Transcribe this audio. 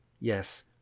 Yes